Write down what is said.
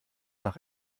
nach